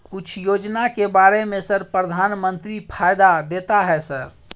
कुछ योजना के बारे में सर प्रधानमंत्री फायदा देता है सर?